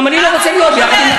גם אני לא רוצה להיות יחד עם נשים.